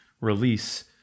release